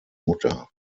mutter